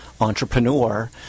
entrepreneur